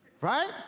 right